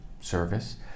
service